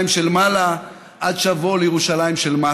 של מעלה עד שאבוא לירושלים של מטה".